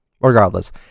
regardless